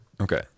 Okay